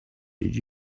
did